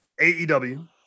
AEW